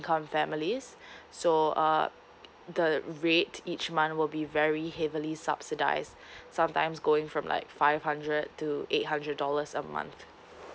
income families so uh the rate each month will be very heavily subsidized sometimes going from like five hundred to eight hundred dollars a month